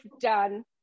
done